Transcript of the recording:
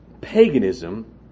paganism